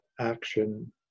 action